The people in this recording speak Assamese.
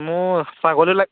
মোৰ ছাগলী লাগে